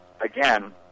again